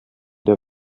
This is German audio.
der